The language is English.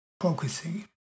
focusing